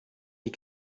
die